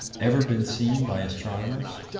ever been seen by astronomers?